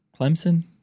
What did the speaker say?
Clemson